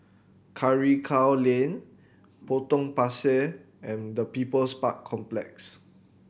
Karikal Lane Potong Pasir and the People's Park Complex